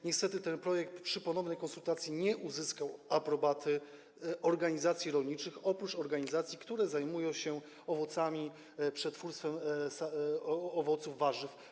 Niestety ten projekt przy ponownej konsultacji nie uzyskał aprobaty organizacji rolniczych oprócz organizacji, które zajmują się przetwórstwem owoców i warzyw.